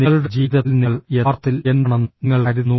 നിങ്ങളുടെ ജീവിതത്തിൽ നിങ്ങൾ യഥാർത്ഥത്തിൽ എന്താണെന്ന് നിങ്ങൾ കരുതുന്നു